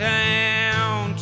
town